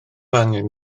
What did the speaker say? angen